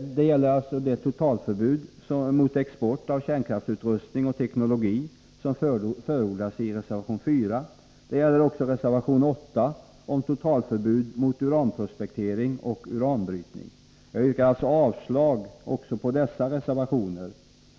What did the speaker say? Det gäller det totalförbud mot export av kärnkraftsutrustning och teknologi som förordas i reservation 4. Det gäller också reservation 8 om totalförbud mot uranprospektering och uranbrytning. Jag yrkar avslag också på dessa reservationer